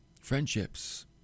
friendships